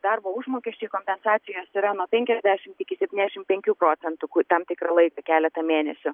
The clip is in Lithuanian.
darbo užmokesčiai kompensacijos yra nuo penkiasdešimt iki septyniasdešim penkių procentų ku tam tikrą laiką keletą mėnesių